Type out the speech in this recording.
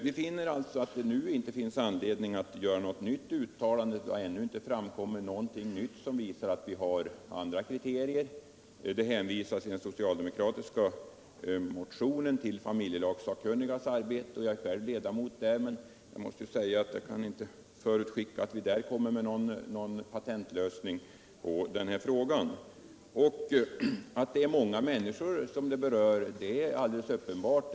Vi finner att det nu inte föreligger anledning att göra ett nytt uttalande, eftersom det ännu inte har framkommit något nytt som visar att vi har andra kriterier. I den socialdemokratiska motionen hänvisas till familjelagssakkunnigas arbete. Ja, jag är själv ledamot där, men jag måste säga att jag inte kan förutskicka att vi kommer att presentera någon patentlösning på denna fråga. Att många människor kommer att beröras av detta problem är uppenbart.